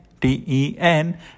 T-E-N